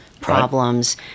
problems